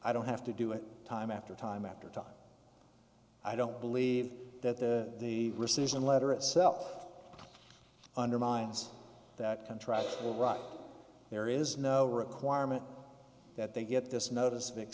i don't have to do it time after time after time i don't believe that the the rescission letter itself undermines that contract right there is no requirement that they get this notice